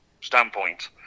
standpoint